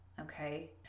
Okay